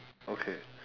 okay